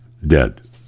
Dead